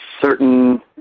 certain